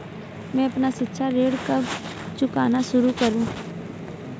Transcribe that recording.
मैं अपना शिक्षा ऋण कब चुकाना शुरू करूँ?